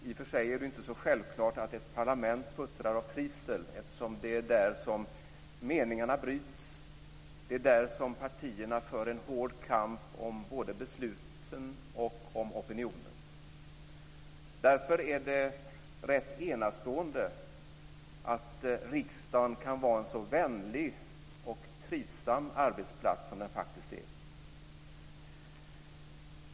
I och för sig är det inte så självklart att ett parlament puttrar av trivsel, eftersom det är där som meningarna bryts, och det är där som partierna för en hård kamp om både besluten och om opinionen. Därför är det rätt enastående att riksdagen kan vara en så vänlig och trivsam arbetsplats som den faktiskt är.